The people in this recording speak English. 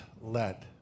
let